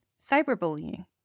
cyberbullying